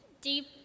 deep